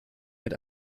mit